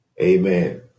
Amen